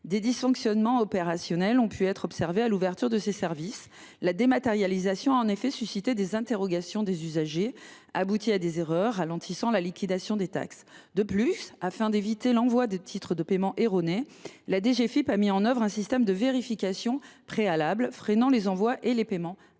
Des dysfonctionnements opérationnels ont pu être observés à l’ouverture de ces services. La dématérialisation a en effet suscité des interrogations de la part des usagers et a abouti à des erreurs, ralentissant ainsi la liquidation des taxes. Afin d’éviter l’envoi de titres de paiement erronés, la DGFiP a mis en œuvre un système de vérification préalable, qui freine les envois et les paiements